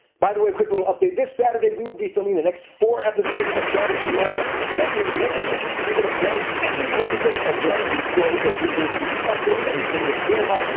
by the way quick little update this saturday we will be filming the next four episodes of geography now! so that means, next week you get a brand spanking new episode of geography go! where we go to qatar and the city of doha,